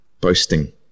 boasting